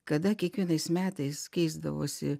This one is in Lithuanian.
kada kiekvienais metais keisdavosi